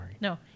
No